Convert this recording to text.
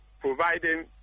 providing